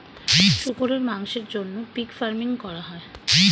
শুকরের মাংসের জন্য পিগ ফার্মিং করা হয়